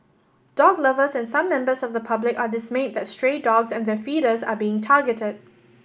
dog lovers and some members of the public are dismayed that stray dogs and their feeders are being targeted